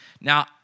Now